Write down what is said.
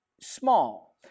small